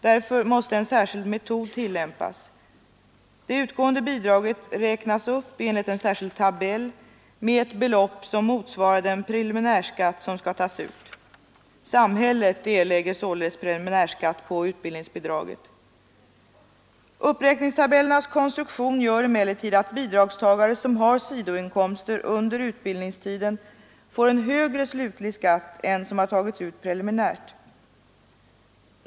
Därför måste en särskild metod tillämpas. Det utgående bidraget räknas upp enligt en särskild tabell med ett belopp, som motsvarar den preliminärskatt, som skall tas ut. Samhället erlägger således preliminärskatt på utbildningsbidraget. Uppräkningstabellernas konstruktion gör emellertid att bidragstagare som har sidoinkomster under utbildningstiden får en högre slutlig skatt än som har tagits ut preliminärt.